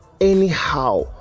anyhow